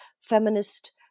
feminist